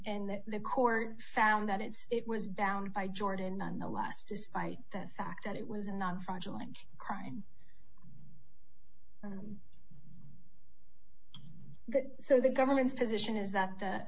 that the court found that it's it was bound by jordan nonetheless despite the fact that it was not fraudulent crime that so the government's position is that the